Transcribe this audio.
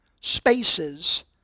spaces